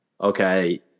okay